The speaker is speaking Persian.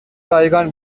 رایگان